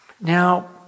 Now